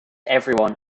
everyone